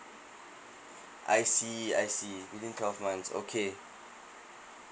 I see I see within twelve months okay